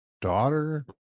daughter